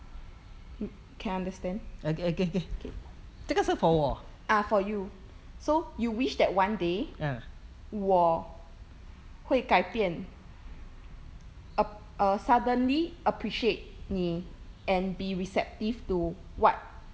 mm can understand okay ah for you so you wish that one day 我会改变 app~ err suddenly appreciate 你 and be receptive to what